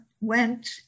went